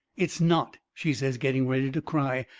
it's not, she says, getting ready to cry.